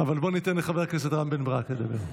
אבל בוא ניתן לחבר הכנסת רם בן ברק לדבר.